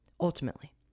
Ultimately